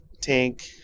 tank